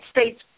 States